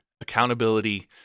accountability